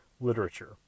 literature